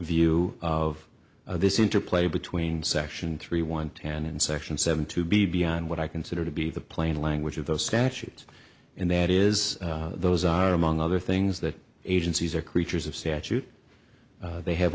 view of this interplay between section three one ten and section seven to be beyond what i consider to be the plain language of the statute and that is those are among other things that agencies are creatures of statute they have